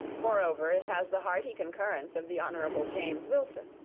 moreover, it has the hearty concurrence of the hon. james wilson,